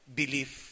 belief